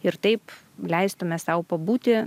ir taip leistume sau pabūti